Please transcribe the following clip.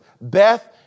Beth